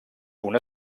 una